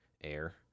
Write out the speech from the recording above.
air